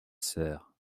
serre